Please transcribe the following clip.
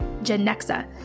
Genexa